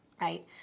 right